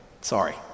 sorry